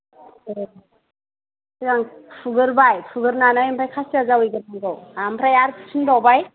सिगां फुगोरबाय फुगोरनानै आमफ्राय खासिया जावैग्रोनांगौ आमफ्राय आर फुफिन बावबाय